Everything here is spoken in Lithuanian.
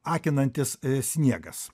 akinantis sniegas